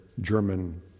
German